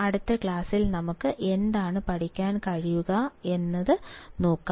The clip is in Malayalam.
അടുത്ത ക്ലാസ്സിൽ നമുക്ക് എന്താണ് പഠിക്കാൻ കഴിയുക എന്ന് നോക്കാം